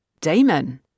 Damon